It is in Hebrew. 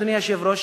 אדוני היושב-ראש,